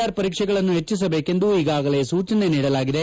R ಪರೀಕ್ಷೆಗಳನ್ನು ಹೆಚ್ಲಿಸಬೇಕೆಂದು ಈಗಾಗಲೇ ಸೂಚನೆ ನೀಡಲಾಗಿದೆ